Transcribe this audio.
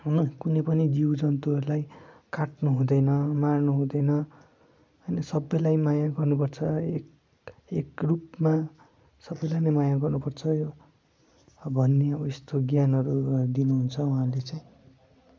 होइन कुनै पनि जीव जन्तुहरूलाई काट्नु हुँदैन मार्नु हुँदैन होइन सबैलाई माया गर्नु पर्छ एक एक रूपमा सबैलाई नै माया गर्नु पर्छ भन्ने अब यस्तो ज्ञानहरू दिनुहुन्छ उहाँले चाहिँ